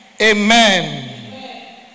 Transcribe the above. Amen